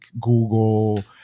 Google